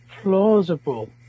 plausible